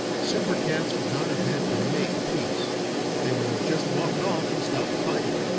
super-cats would not have had to make peace they would have just walked off and stopped fighting.